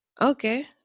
okay